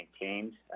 maintained